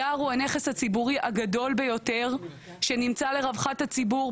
היער הוא הנכס הציבורי הגדול ביותר שנמצא לרווחת הציבור,